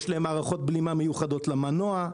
יש להן מערכות בלימה מיוחדות למנוע,